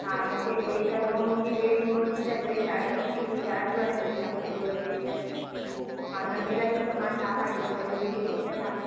हा मूंखे धोई करे उहा मुंहिंजी ड्रेस मुंहिंजी त ड्रेस ॾाढी सुठी हुई ॾाढी वणंदी आहे मूंखे उहा ड्रेस त न मिलंदी त मां छा पाईंदमि वरी इहो बि पुछंदा